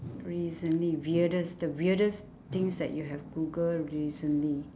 recently weirdest the weirdest things that you have google recently